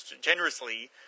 generously